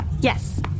Yes